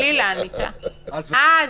מה זה